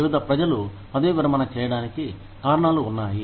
వివిధ ప్రజలు పదవీ విరమణ చేయడానికి కారణాలు ఉన్నాయి